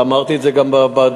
ואמרתי את זה גם בדברים,